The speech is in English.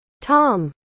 Tom